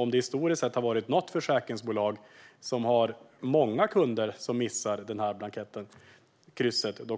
Om det historiskt sett finns något försäkringsbolag som har många kunder som missar krysset på blanketten,